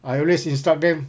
I always instruct them